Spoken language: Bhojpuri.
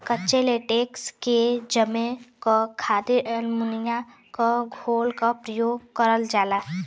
कच्चे लेटेक्स के जमे क खातिर अमोनिया क घोल क उपयोग करल जाला